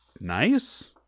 nice